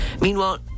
Meanwhile